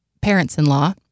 parents-in-law